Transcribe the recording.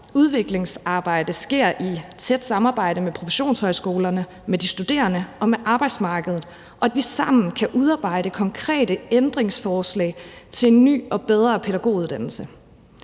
udviklingsarbejde sker i tæt samarbejde med professionshøjskolerne, med de studerende og med arbejdsmarkedet, og at vi sammen kan udarbejde konkrete ændringsforslag til en ny og bedre pædagoguddannelse.